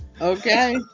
Okay